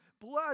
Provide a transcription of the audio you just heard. blood